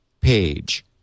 page